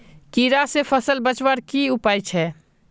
कीड़ा से फसल बचवार की उपाय छे?